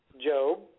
Job